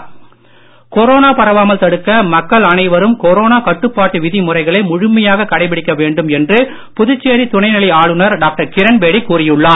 corona Bedi corona பரவாமல் தடுக்க மக்கள் அனைவரும் கொரோனா கட்டுப்பாட்டு விதிமுறைகளை முழுமையாக கடைபிடிக்க வேண்டும் என புதுச்சேரி துணைநிலை ஆளுநர் டாக்டர் கிரண் பேடி கூறியுள்ளார்